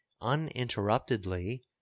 uninterruptedly